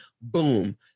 boom